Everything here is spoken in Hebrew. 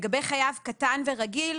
לגבי חייב קטן ורגיל,